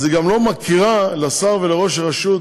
היא גם לא מכירה לשר ולראש הרשות